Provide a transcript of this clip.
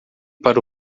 para